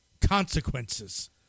consequences